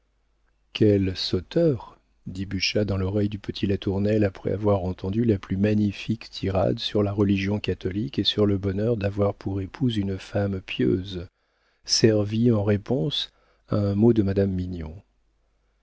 quel sauteur dit butscha dans l'oreille du petit latournelle après avoir entendu la plus magnifique tirade sur la religion catholique et sur le bonheur d'avoir pour épouse une femme pieuse servie en réponse à un mot de madame mignon